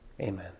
Amen